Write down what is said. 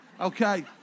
Okay